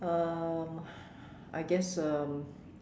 um I guess um